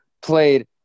played